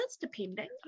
depending